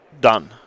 done